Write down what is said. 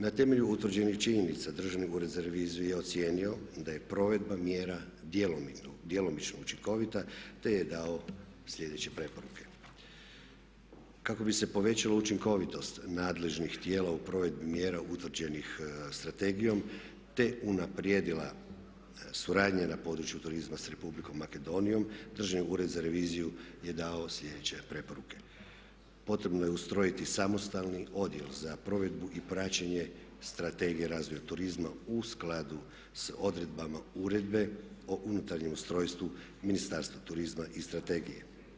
Na temelju utvrđenih činjenica Državni ured za reviziju je ocijenio da je provedba mjera djelomično učinkovita te je dao slijedeće preporuke: kako bi se povećala učinkovitost nadležnih tijela u provedbi mjera utvrđenih strategijom te unaprijedila suradnja na području turizma s Republikom Makedonijom Državni ured za reviziju je dao slijedeće preporuke: potrebno je ustrojiti samostalni odjel za provedbu i praćenje strategije razvoja turizma u skladu s odredbama uredbe o unutarnjem ustrojstvu Ministarstva turizma i strategije.